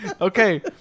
okay